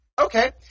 Okay